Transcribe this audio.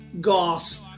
Goss